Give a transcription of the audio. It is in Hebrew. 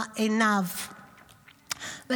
יש לכם את הכוח והחובה לשנות את המציאות